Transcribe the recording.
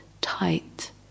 tight